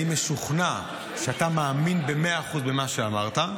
היות שאני משוכנע שאתה מאמין במאה אחוז במה שאמרת,